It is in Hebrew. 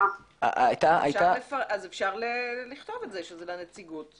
אפשר לכתוב שזה לנציגות.